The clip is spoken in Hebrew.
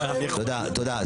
תודה, תודה.